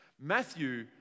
Matthew